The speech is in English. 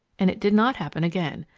and it did not happen again.